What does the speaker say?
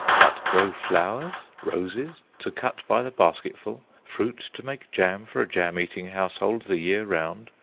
but grow flowers roses to cut by the basketful, fruit to make jam for a jam-eating household the year round,